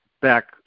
back